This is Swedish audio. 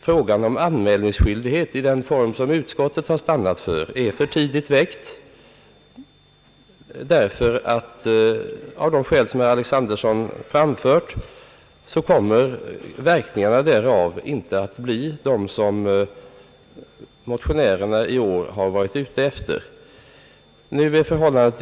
Frågan cm anmälningsskyldighet i den av utskottet förordade formen är för tidigt väckt — av de skäl som herr Alexanderson anfört kommer verkningarna inte att bli de som motionärerna i år varit ute efter.